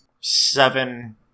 Seven